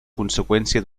conseqüència